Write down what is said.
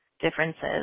differences